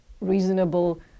reasonable